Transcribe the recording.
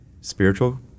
spiritual